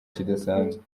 kidasanzwe